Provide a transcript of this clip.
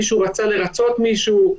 מישהו רצה לרצות מישהו.